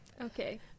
okay